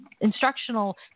instructional